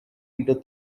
into